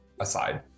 aside